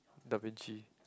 Da-Vinci